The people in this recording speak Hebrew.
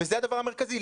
וזה הדבר המרכזי,